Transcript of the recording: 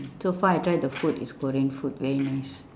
so far I try the food is korean food very nice